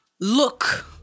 Look